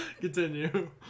Continue